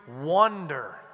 wonder